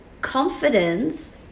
confidence